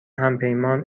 همپیمان